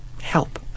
help